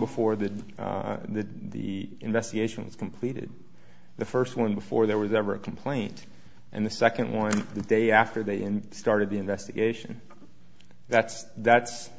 before the the investigation is completed the first one before there was ever a complaint and the second one the day after they and started the investigation that's that's